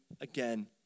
again